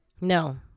No